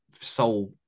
soul